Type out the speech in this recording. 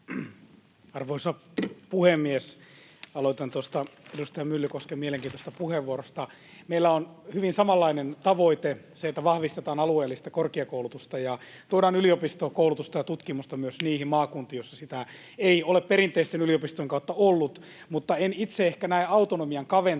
Arvoisa puhemies! Aloitan tuosta edustaja Myllykosken mielenkiintoisesta puheenvuorosta. Meillä on hyvin samanlainen tavoite: se, että vahvistetaan alueellista korkeakoulutusta ja tuodaan yliopistokoulutusta ja -tutkimusta myös niihin maakuntiin, joissa sitä ei ole perinteisten yliopistojen kautta ollut. En itse ehkä näe autonomian kaventamista